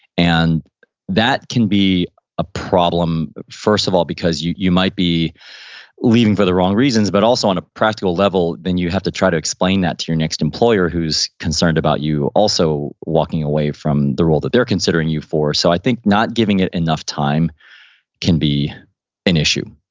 and that can be a problem, first of all, because you you might be leaving for the wrong reasons, but also on a practical level, then you have to try to explain that to your next employer who's concerned about you also walking away from the role that they're considering you for. so i think not giving it enough time can be an issue.